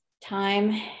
time